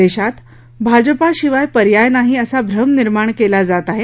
देशात भाजपाशिवाय पर्याय नाही असा भ्रम निर्माण केला जात आहे